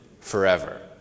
forever